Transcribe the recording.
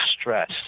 stress